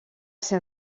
ser